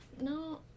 No